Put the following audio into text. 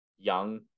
young